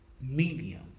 medium